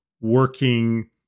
working